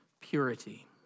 purity